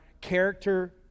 character